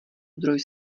zdroj